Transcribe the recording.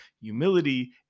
humility